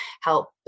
help